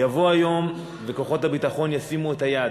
יבוא היום וכוחות הביטחון ישימו את היד.